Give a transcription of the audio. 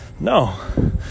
No